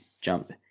jump